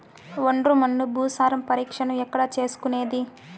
ఒండ్రు మన్ను భూసారం పరీక్షను ఎక్కడ చేసుకునేది?